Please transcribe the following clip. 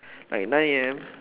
like nine A_M